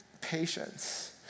patience